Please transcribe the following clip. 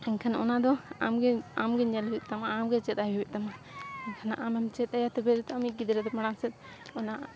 ᱮᱱᱠᱷᱟᱱ ᱚᱱᱟᱫᱚ ᱟᱢᱜᱮ ᱟᱢᱜᱮ ᱧᱮᱞ ᱦᱩᱭᱩᱜ ᱛᱟᱢᱟ ᱟᱢᱜᱮ ᱪᱮᱫᱼᱟᱭ ᱦᱩᱭᱩᱜ ᱛᱟᱢᱟ ᱮᱱᱠᱷᱟᱱ ᱟᱢᱮᱢ ᱪᱮᱫᱼᱟᱭᱟ ᱛᱚᱵᱮ ᱜᱮᱛᱚ ᱟᱢᱤᱡ ᱜᱤᱫᱽᱨᱟᱹ ᱫᱚ ᱯᱟᱲᱟᱝ ᱥᱮᱫ ᱚᱱᱟ